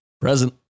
present